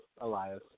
Elias